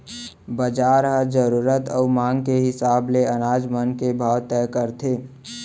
बजार ह जरूरत अउ मांग के हिसाब ले अनाज मन के भाव तय करथे